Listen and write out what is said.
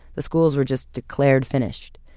the schools were just declared finished,